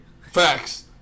facts